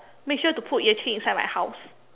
make sure to put Yue-Qing inside my house